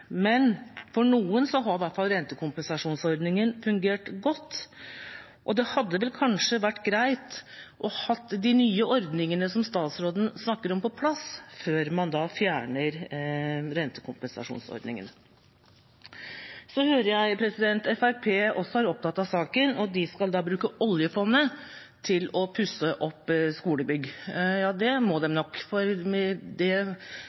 men for noen har i hvert fall rentekompensasjonsordningen fungert godt. Det hadde kanskje vært greit å ha de nye ordningene som statsråden snakker om, på plass før man fjerner rentekompensasjonsordningen. Jeg hører at Fremskrittspartiet også er opptatt av saken, og de skal bruke oljefondet til å pusse opp skolebygg. Det må de nok, for i det